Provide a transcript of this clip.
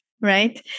right